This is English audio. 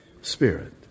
Spirit